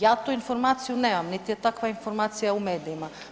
Ja tu informaciju nemam, niti je takva informacija u medijima.